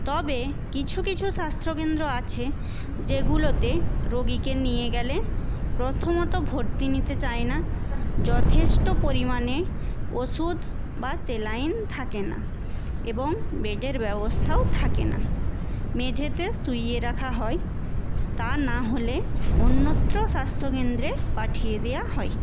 তবে কিছু কিছু স্বাস্থ্যকেন্দ্র আছে যেগুলোতে রোগীকে নিয়ে গেলে প্রথমত ভর্তি নিতে চায় না যথেষ্ট পরিমাণে ওষুধ বা স্যালাইন থাকে না এবং বেডের ব্যবস্থাও থাকে না মেঝেতে শুইয়ে রাখা হয় তা না হলে অন্যত্র স্বাস্থ্যকেন্দ্রে পাঠিয়ে দেওয়া হয়